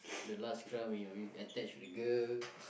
the last cry when you are attached with the girl